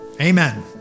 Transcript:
Amen